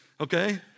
okay